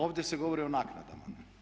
Ovdje se govori o naknadama.